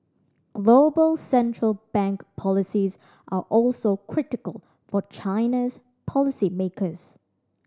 global central bank policies are also critical for China's policy makers